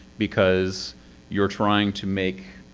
because you're trying to make.